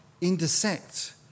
intersect